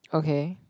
okay